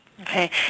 Okay